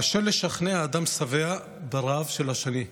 קשה לשכנע אדם שבע ברעב של השני.